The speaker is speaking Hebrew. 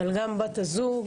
אבל גם בת הזוג,